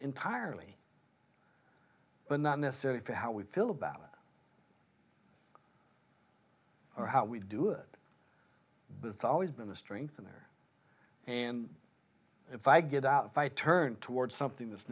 entirely but not necessarily for how we feel about it or how we do it bizarre always been the strengthener and if i get out if i turn toward something that's